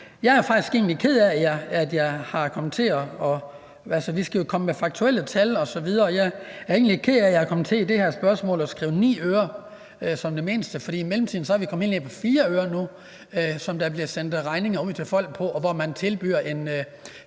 Jeg er faktisk egentlig ked af, at jeg er kommet til i det her spørgsmål at skrive 9 øre som det mindste, for i mellemtiden er vi kommet helt ned på 4 øre nu, som der bliver sendt regninger ud til folk på, og hvor man tilbyder en